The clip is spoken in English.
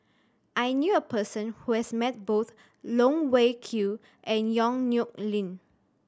I knew a person who has met both Loh Wai Kiew and Yong Nyuk Lin